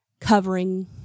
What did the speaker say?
covering